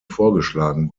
vorgeschlagen